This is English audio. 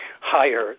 higher